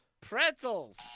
pretzels